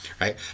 right